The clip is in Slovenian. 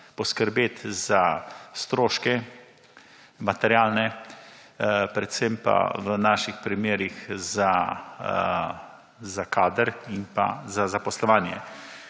poskrbeti za stroške, materialne, predvsem pa v naših primerih za kader in za zaposlovanje.